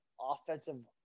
offensive